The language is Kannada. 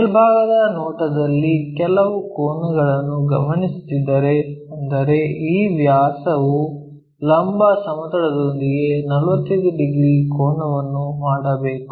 ಮೇಲ್ಭಾಗದ ನೋಟದಲ್ಲಿ ಕೆಲವು ಕೋನವನ್ನು ಗಮನಿಸುತ್ತಿದ್ದರೆ ಅಂದರೆ ಈ ವ್ಯಾಸವು ಲಂಬ ಸಮತಲದೊಂದಿಗೆ 45 ಡಿಗ್ರಿ ಕೋನವನ್ನು ಮಾಡಬೇಕು